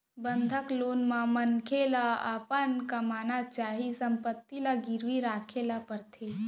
बंधक लोन म मनखे ल अपन मकान चाहे संपत्ति ल गिरवी राखे ल परथे